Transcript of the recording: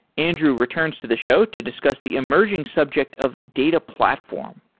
andrew returns to the show to discuss the emerging subject of data platform.